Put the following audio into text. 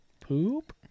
Poop